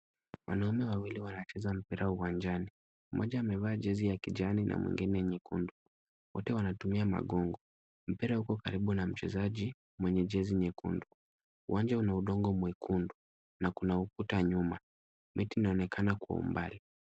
Wanaume wawili wanacheza mpira uwanjani. Mmoja amevaa jezi ya kijani na mwingine nyekundu. Wote wanatumia magongo. Mpira uko karibu na mchezaji mwenye jezi nyekundu. Uwanja una udongo mwekundu na kuna ukuta nyuma. Miti inaonekana kwa umbali